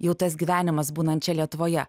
jau tas gyvenimas būnant čia lietuvoje